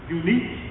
unique